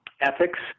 ethics